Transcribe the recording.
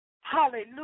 Hallelujah